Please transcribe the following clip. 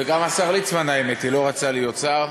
וגם השר ליצמן, האמת היא, לא רצה להיות שר,